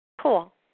Cool